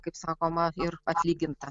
kaip sakoma ir atlyginta